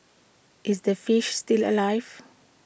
is the fish still alive